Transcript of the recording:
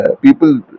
people